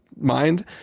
mind